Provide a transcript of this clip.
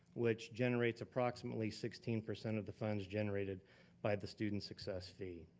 which generates approximately sixteen percent of the funds generated by the student success fee.